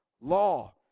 law